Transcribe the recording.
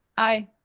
aye.